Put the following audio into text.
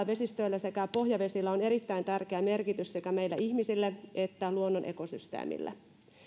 vesistöillä sekä pohjavesillä erittäin tärkeä merkitys sekä meille ihmisille että luonnon ekosysteemille